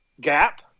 Gap